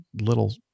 little